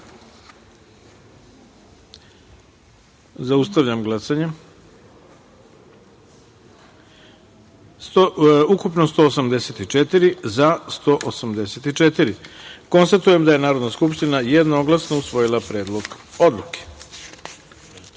taster. Zaustavljam glasanje. Ukupno 184, za – 184.Konstatujem da je Narodna skupština jednoglasno usvojila Predlog odluke. Dame